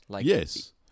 Yes